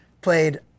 played